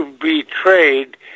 betrayed